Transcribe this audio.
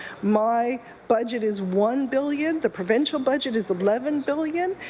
my budget is one billion. the provincial budget is eleven billion.